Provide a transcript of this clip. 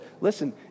listen